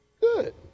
good